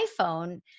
iPhone